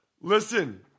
Listen